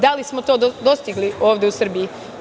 Da li smo to dostigli ovde u Srbiji?